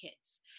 kids